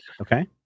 Okay